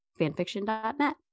fanfiction.net